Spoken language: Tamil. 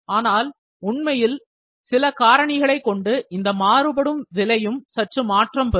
ஆனால் உண்மையில் சில காரணிகளை கொண்டு இந்த மாறுபடும் விலையும் மாற்றம் பெறும்